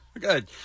Good